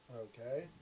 Okay